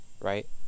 Right